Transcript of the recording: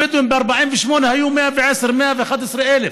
הבדואים ב-48' היו 110,000 111,000,